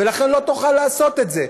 ולכן לא תוכל לעשות את זה.